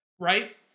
Right